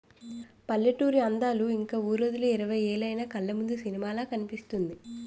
పల్లెటూరి అందాలు ఇంక వూరొదిలి ఇరవై ఏలైన కళ్లముందు సినిమాలా కనిపిస్తుంది